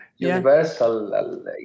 Universal